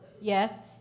Yes